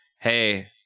Hey